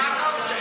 מה אתה עושה?